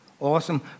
Awesome